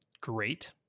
great